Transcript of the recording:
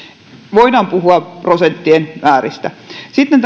voidaan puhua prosenttien määristä sitten